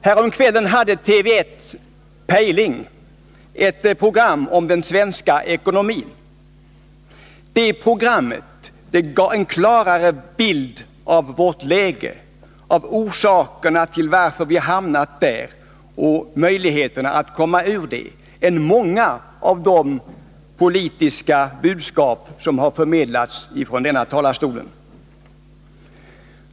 Häromkvällen sände Pejling i TV 1 ett program om den svenska ekonomin. Det programmet gav en klarare bild av vårt läge och orsakerna till att vi hamnat där och möjligheterna att komma ur det än många av de politiska budskap som har förmedlats från kammarens talarstol.